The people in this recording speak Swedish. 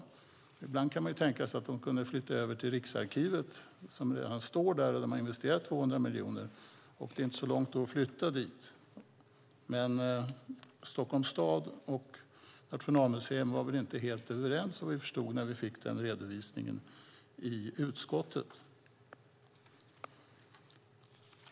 Nobelmuseet kan ju flyttas över till Riksarkivet, som redan står där och som det har investerats 200 miljoner i. Det är inte så långt att flytta. Men Stockholms stad och Nationalmuseum var inte helt överens förstod vi när vi fick redovisningen i utskottet.